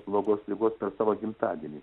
blogos ligos per savo gimtadienį